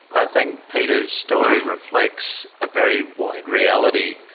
ah think peter's story reflects a very wide reality.